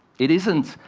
it isn't,